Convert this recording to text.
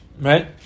right